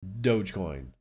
Dogecoin